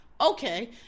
okay